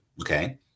Okay